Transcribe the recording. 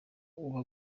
uba